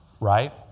Right